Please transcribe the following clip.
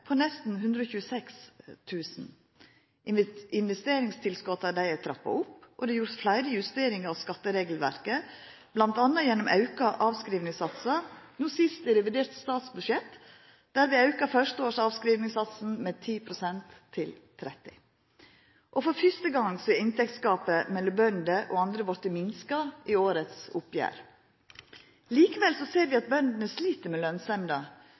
på nesten 126 000 kr. Investeringstilskota er trappa opp, og det er gjort fleire justeringer av skatteregelverket, bl.a. gjennom auka avskrivingssatsar, no sist i revidert statsbudsjett, der vi auka første års avskrivingssats med 10 pst., til 30 pst. For første gong har inntektsgapet mellom bønder og andre vorte minska i årets oppgjer. Likevel ser vi at bøndene slit med